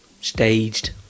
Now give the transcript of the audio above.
staged